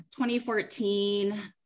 2014